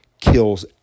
kills